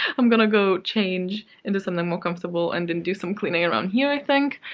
i'm gonna go change into something more comfortable and then do some cleaning around here, i think